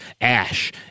ash